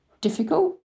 difficult